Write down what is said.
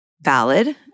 Valid